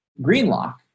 GreenLock